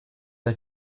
ein